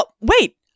wait